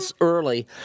early